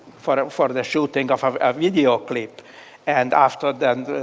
for um for the shooting of a video clip and after that,